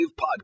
Podcast